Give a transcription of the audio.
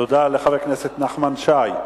תודה לחבר הכנסת נחמן שי.